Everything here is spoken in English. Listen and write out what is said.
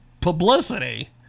publicity